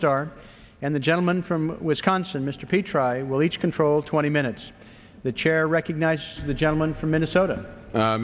star and the gentleman from wisconsin mr p try will each control twenty minutes the chair recognizes the gentleman from minnesota